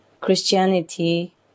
Christianity